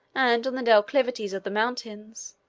and on the declivities of the mountains,